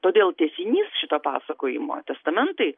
todėl tęsinys šito pasakojimo testamentai